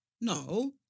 no